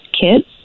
kids